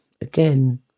again